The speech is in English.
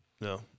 No